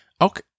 Okay